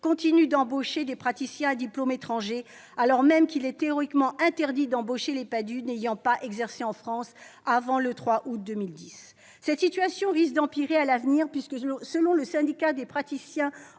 continuent d'embaucher des praticiens à diplôme étranger, alors même qu'il est théoriquement interdit d'embaucher des PADHUE n'ayant pas exercé en France avant le 3 août 2010. Cette situation risque d'empirer à l'avenir, puisque, selon le syndicat des praticiens à diplôme